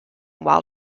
while